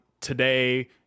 today